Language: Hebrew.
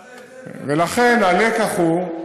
ולכן, הלקח הוא,